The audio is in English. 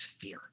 fear